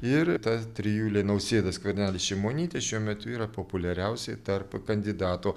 ir ta trijulė nausėda skvernelis šimonytė šiuo metu yra populiariausi tarp kandidatų